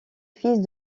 fils